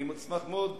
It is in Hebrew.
אני אשמח מאוד.